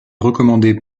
recommandée